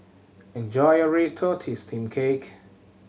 enjoy your red tortoise steamed cake